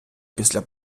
після